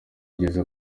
igeze